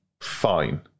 fine